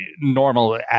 normal